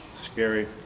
scary